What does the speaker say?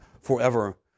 forever